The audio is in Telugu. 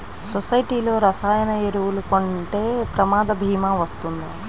సొసైటీలో రసాయన ఎరువులు కొంటే ప్రమాద భీమా వస్తుందా?